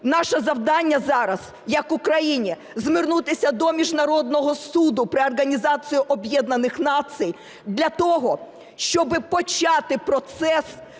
Наше завдання зараз як України – звернутися до Міжнародного суду при Організації Об'єднаних Націй для того, щоб почати процес